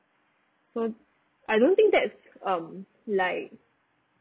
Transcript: so I don't think that's um like